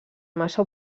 massa